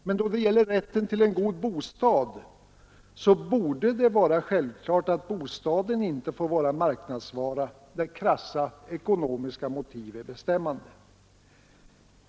Men då det gäller rätten till en god bostad borde det vara självklart att bostaden inte får vara marknadsvara där krassa ekonomiska motiv är bestämmande.